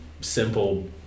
simple